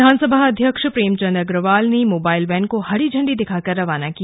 विधानसभा अध्यक्ष प्रेमचंद अग्रवाल ने mobile van को हरी झंडी दिखाकर रवाना किया